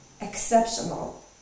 exceptional